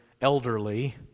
elderly